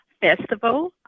festival